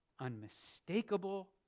unmistakable